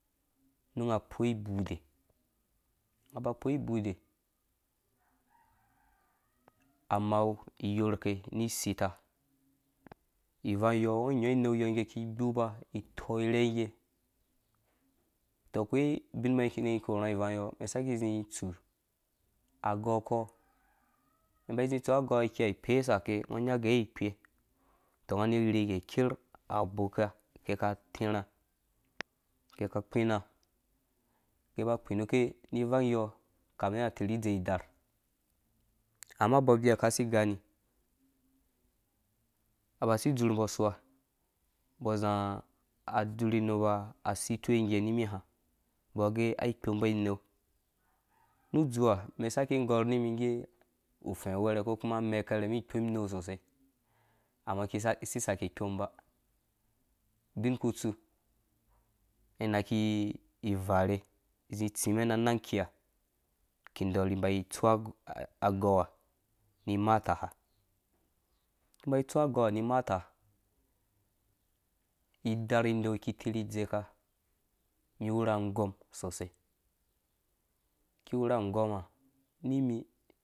Nunga akpo ibude, unga aba akpo ibude amaa iyorke ani isita, ivang iyɔ, ungo inya inei iyɔ iki gbupa itɔ irhengge utɔ akoi ubinmɛn iki inii ikurhu nga ivang iyɔ umɛn iki isaki izĩ itsu agɔu uko, umum imba izĩ itsu agɔpa ikɛi ipesa ake, ungo unya uge ai akpe, utɔ unga ani irhige iker aboka aki itĩrhã, ake aki ikpina ake aba akpinuke ni ivang iyɔ ukami unga atirhi idze idar amma abɔ abia asi igani aba asi izurmbɔ usua umbɔazia adzur inepa asitiwe ni mihã umbɔ age ai ikpombɔ inei nu udzuha, umum isaki ĩgor ingge ufɛ̃ uwɛrɛ uko kuma amɛ̃ akɛrɛ ikpom inei sosai, amma iki isi isaki ivarhe izĩ itsĩ mɛn na anang akia iki ĩdorhi imba itsu agɔu ha ni imaata iki imba itsu agɔu ha ni imaata, idar inei iki itirhi idzeka, iwu ra anggɔm sosai, iki iwura anggɔm ma nimi.